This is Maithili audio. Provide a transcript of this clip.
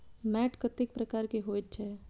मैंट कतेक प्रकार के होयत छै?